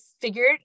figured